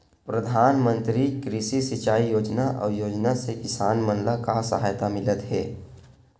प्रधान मंतरी कृषि सिंचाई योजना अउ योजना से किसान मन ला का सहायता मिलत हे?